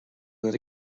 than